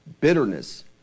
Bitterness